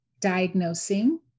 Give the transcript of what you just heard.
diagnosing